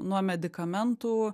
nuo medikamentų